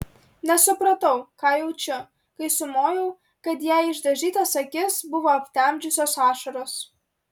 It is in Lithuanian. nesupratau ką jaučiu kai sumojau kad jai išdažytas akis buvo aptemdžiusios ašaros